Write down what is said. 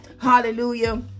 Hallelujah